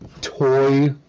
toy